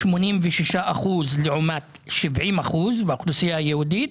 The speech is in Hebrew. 86 אחוזים לעומת 70 אחוזים באוכלוסייה היהודית,